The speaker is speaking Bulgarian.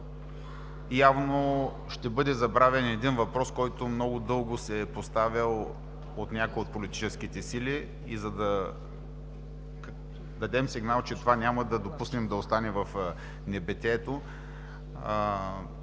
явно ще бъде забравен един въпрос, който много дълго се поставя от някои от политическите сили и, за да дадем сигнал, че това няма да допуснем да остане в небитието,